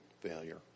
failure